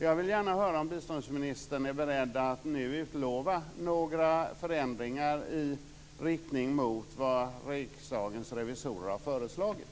Jag vill gärna höra om biståndsministern är beredd att nu utlova några förändringar i riktning mot vad Riksdagens revisorer har föreslagit.